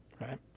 right